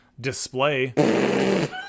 display